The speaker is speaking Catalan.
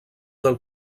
del